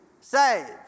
saved